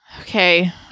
Okay